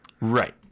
Right